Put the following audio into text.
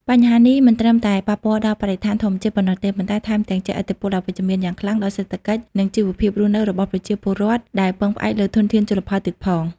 បញ្ហានេះមិនត្រឹមតែប៉ះពាល់ដល់បរិស្ថានធម្មជាតិប៉ុណ្ណោះទេ ប៉ុន្តែថែមទាំងជះឥទ្ធិពលអវិជ្ជមានយ៉ាងខ្លាំងដល់សេដ្ឋកិច្ច និងជីវភាពរស់នៅរបស់ប្រជាពលរដ្ឋដែលពឹងផ្អែកលើធនធានជលផលទៀតផង។